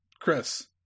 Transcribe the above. Chris